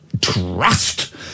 trust